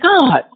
God